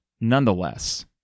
nonetheless